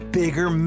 bigger